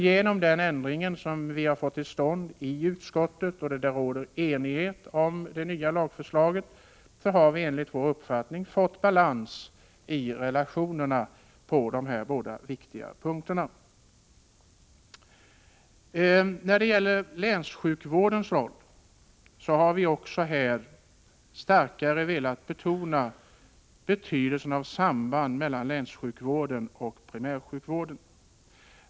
Genom den ändring som vi har fått till stånd i utskottet beträffande det nya lagförslaget, som det råder enighet om, har man enligt vår uppfattning fått balans i relationerna på de här båda viktiga punkterna. Även när det gäller länssjukvårdens roll har vi velat starkare betona betydelsen av samband mellan länssjukvården och primärsjukvården.